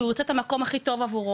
הוא ירצה את המקום הכי טוב עבורו.